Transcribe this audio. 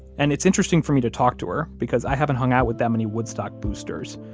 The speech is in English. and it's interesting for me to talk to her because i haven't hung out with that many woodstock boosters,